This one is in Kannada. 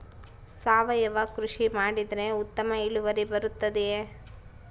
ಸಾವಯುವ ಕೃಷಿ ಮಾಡಿದರೆ ಉತ್ತಮ ಇಳುವರಿ ಬರುತ್ತದೆಯೇ?